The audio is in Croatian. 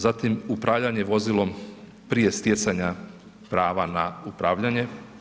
Zatim upravljanje vozilom prije stjecanja prava na upravljanje.